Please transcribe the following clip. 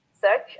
search